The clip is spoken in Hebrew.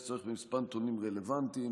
יש צורך בכמה נתונים רלוונטיים,